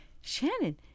Shannon